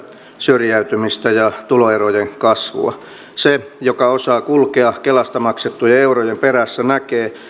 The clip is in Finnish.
syrjäytymistä ja tuloerojen kasvua se joka osaa kulkea kelasta maksettujen eurojen perässä näkee